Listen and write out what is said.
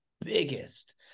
biggest